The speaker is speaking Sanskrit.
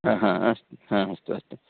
आ हा हा अस्तु अस्तु